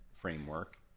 framework